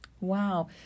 Wow